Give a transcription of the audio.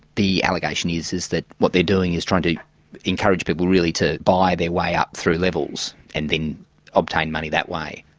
the allegation is is that what they're doing is trying to encourage people really to buy their way up through levels, and then obtain money that way.